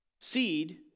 seed